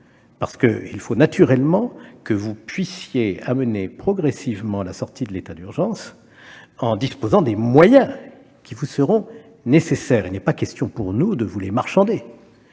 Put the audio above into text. car il faut naturellement que vous puissiez amener progressivement à la sortie de l'état d'urgence en disposant des moyens qui vous seront nécessaires. Il n'est pas question pour nous de vous les marchander.